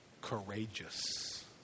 courageous